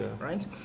right